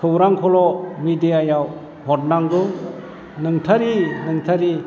खौरांखौल' मिडियायाव हरनांगौ नंथारि नंथारि